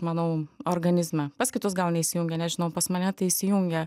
manau organizme pas kitus gal neįsijungia nežinau pas mane tai įsijungia